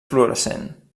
fluorescent